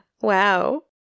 wow